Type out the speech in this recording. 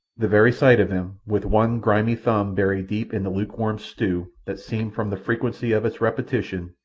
the very sight of him with one grimy thumb buried deep in the lukewarm stew, that seemed, from the frequency of its repetition,